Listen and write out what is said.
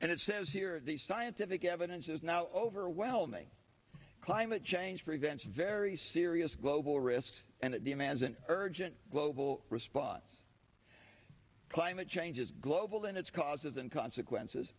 and it says here is the scientific evidence is now overwhelming climate change prevents very serious global risked and it demands an urgent global response climate change is global and its causes and consequences